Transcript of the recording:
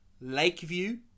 Lakeview